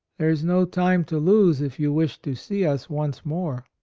there is no time to lose if you wish to see us once more.